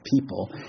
people